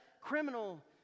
criminal